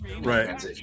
Right